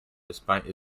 despite